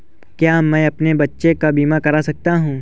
क्या मैं अपने बच्चों का बीमा करा सकता हूँ?